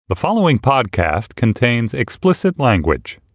the following podcast contains explicit language